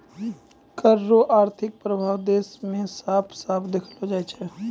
कर रो आर्थिक प्रभाब देस मे साफ साफ देखलो जाय छै